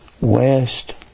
west